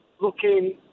looking